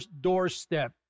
doorstep